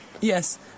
Yes